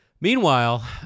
Meanwhile